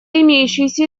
имеющейся